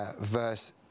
verse